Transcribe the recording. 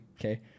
okay